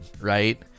right